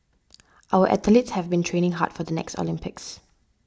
our athletes have been training hard for the next Olympics